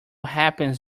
happens